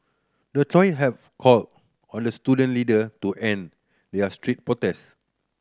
the trio have called on the student leader to end their street protest